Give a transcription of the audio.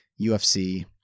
UFC